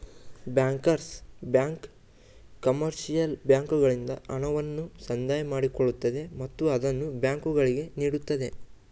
bankers bank commercial ಬ್ಯಾಂಕ್ಗಳಿಂದ ಹಣವನ್ನು ಸಂದಾಯ ಮಾಡಿಕೊಳ್ಳುತ್ತದೆ ಮತ್ತು ಅದನ್ನು ಬ್ಯಾಂಕುಗಳಿಗೆ ನೀಡುತ್ತದೆ